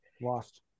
Lost